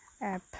app